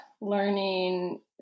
learning